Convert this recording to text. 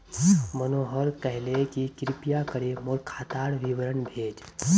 मनोहर कहले कि कृपया करे मोर खातार विवरण भेज